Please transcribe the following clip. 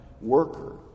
worker